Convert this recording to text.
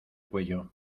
cuello